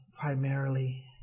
primarily